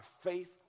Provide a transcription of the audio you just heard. faith